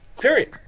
Period